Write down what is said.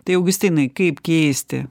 tai augustinai kaip keisti